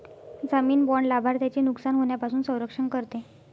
जामीन बाँड लाभार्थ्याचे नुकसान होण्यापासून संरक्षण करते